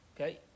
okay